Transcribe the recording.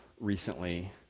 recently